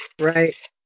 Right